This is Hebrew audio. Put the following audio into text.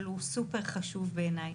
אבל הוא סופר חשוב בעיניי.